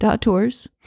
tours